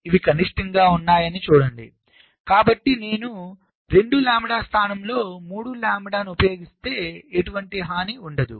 ఇవన్నీ కనిష్టంగా ఉన్నాయి చూడండి కాబట్టి నేను 2 లాంబ్డా స్థానంలో 3 లాంబ్డాను ఉపయోగిస్తే ఎటువంటి హాని ఉండదు